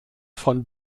von